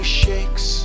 shakes